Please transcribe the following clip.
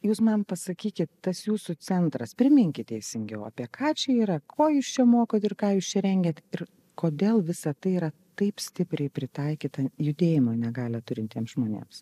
jūs man pasakykit tas jūsų centras priminkit teisingiau apie ką čia yra ko jūs čia mokot ir ką jūs čia rengiat ir kodėl visa tai yra taip stipriai pritaikyta judėjimo negalią turintiems žmonėms